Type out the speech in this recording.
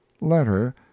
LETTER